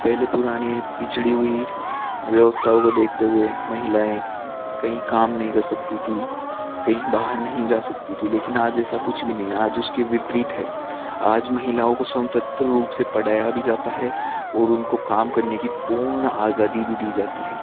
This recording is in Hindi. पहले पुरानी पिछड़ी हुई व्यवस्थाओं को देखते हुए महिलाएँ कहीं काम नहीं कर सकती थीं कहीं बाहर नहीं जा सकती थीं लेकिन आज ऐसा कुछ भी नहीं है आज उसके विपरीत है आज महिलाओं को स्वतंत्र रूप से पढ़ाया भी जाता है ओर उनका काम करने की पूर्ण आज़ादी भी दी जाती है